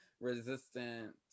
resistant